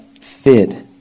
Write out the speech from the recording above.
fit